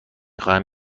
خواهم